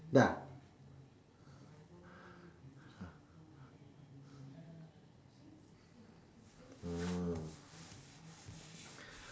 da~ oh